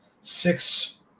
six